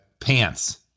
pants